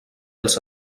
els